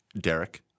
Derek